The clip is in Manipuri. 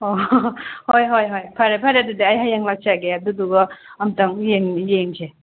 ꯑꯣ ꯍꯣꯏ ꯍꯣꯏ ꯍꯣꯏ ꯐꯔꯦ ꯐꯔꯦ ꯑꯗꯨꯗꯤ ꯑꯩ ꯍꯌꯦꯡ ꯂꯥꯛꯆꯒꯦ ꯑꯗꯨꯗꯨꯒ ꯑꯝꯇꯪ ꯌꯦꯡꯁꯦ